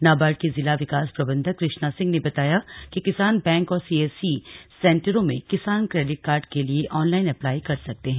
नाबार्ड के जिला विकास प्रबंधक कृष्णा सिंह ने बताया कि किसान बैंक और सीएससी सेंटरों में किसान क्रेडिट कार्ड के लिए ऑनलाइन एप्लाई कर सकते हैं